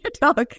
talk